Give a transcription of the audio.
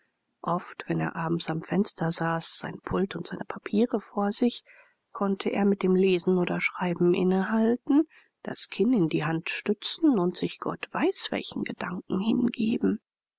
oft wenn er abends am fenster saß sein pult und seine papiere vor sich konnte er mit dem lesen oder schreiben innehalten das kinn in die hand stützen und sich gott weiß welchen gedan ken hingeben